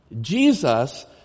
Jesus